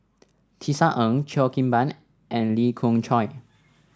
Tisa Ng Cheo Kim Ban and Lee Khoon Choy